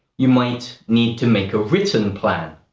you might need to make a written plan.